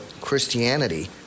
Christianity